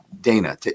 Dana